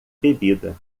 bebida